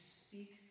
speak